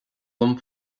liom